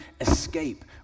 escape